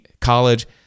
college